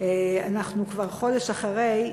אנחנו כבר חודש אחרי,